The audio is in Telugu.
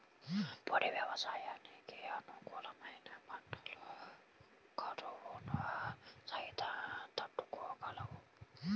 పొడి వ్యవసాయానికి అనుకూలమైన పంటలు కరువును సైతం తట్టుకోగలవు